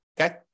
Okay